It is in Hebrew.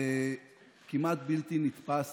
זה כמעט בלתי נתפס,